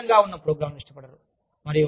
వారు అస్పష్టంగా ఉన్న ప్రోగ్రామ్లను ఇష్టపడరు